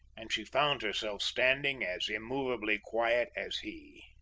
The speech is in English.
and she found herself standing as immovably quiet as he.